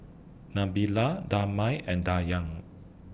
Nabila Damia and Dayang